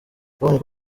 twabonye